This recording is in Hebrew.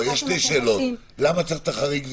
יש שתי שאלות למה צריך את החריג?